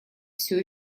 все